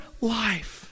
life